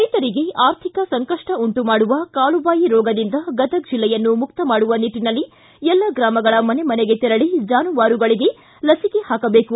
ರೈತರಿಗೆ ಆರ್ಥಿಕ ಸಂಕಷ್ಟ ಉಂಟುಮಾಡುವ ಕಾಲುಬಾಯಿ ರೋಗದಿಂದ ಗದಗ ಜಿಲ್ಲೆಯನ್ನು ಮುಕ್ತ ಮಾಡುವ ನಿಟ್ಟಿನಲ್ಲಿ ಎಲ್ಲ ಗ್ರಾಮಗಳ ಮನೆಮನೆಗೆ ತೆರಳಿ ಜಾನುವಾರುಗಳಿಗೆ ಲಸಿಕೆ ಪಾಕಬೇಕು